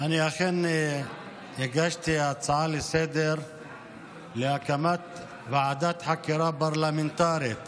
אני אכן הגשתי הצעה לסדר-היום להקמת ועדת חקירה פרלמנטרית